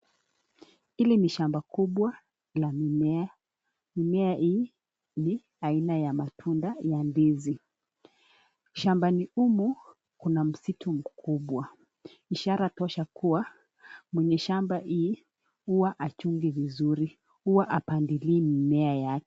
Hili ni shamba kubwa la mimea, mimea hii la aina ya matunda ya ndizi. Shambani humu Kuna msitu mkubwa, ishara tosha kuwa, mwenye shamba hii Huwa hachungi vizuri. Hua hapandili mimea yake.